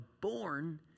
born